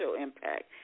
impact